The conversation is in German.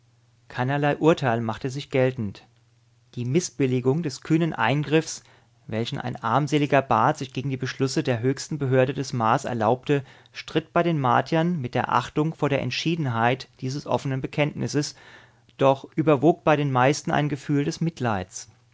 keinerlei urteil machte sich geltend die mißbilligung des kühnen eingriffs welchen ein armseliger bat sich gegen die beschlüsse der höchsten behörde des mars erlaubte stritt bei den martiern mit der achtung vor der entschiedenheit dieses offenen bekenntnisses doch überwog bei den meisten ein gefühl des mitleids